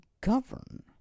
govern